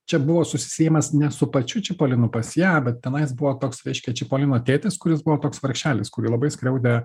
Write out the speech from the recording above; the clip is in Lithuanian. čia buvo susisiejamas ne su pačiu čipolinu pas ją bet tenais buvo toks reiškia čipolino tėtis kuris buvo toks vargšelis kurį labai skriaudė